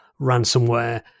ransomware